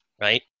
right